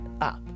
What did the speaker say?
up